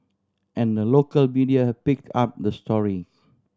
and the local media picked up the story